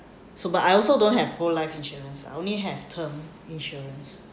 so but I also don't have whole life insurance I only have term insurance